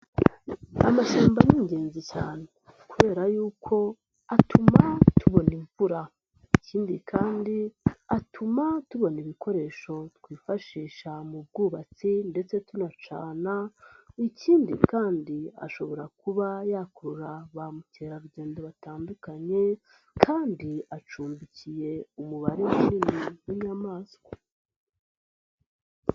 Amashyamba ni ingenzi cyane kubera yuko atuma tubona imvura ikindi kandi atuma tubona ibikoresho twifashisha mu bwubatsi ndetse tunacana. Ikindi kandi ashobora kuba yakurura ba mukerarugendo batandukanye kandi acumbikiye umubare munini w'inyamaswa.